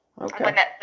Okay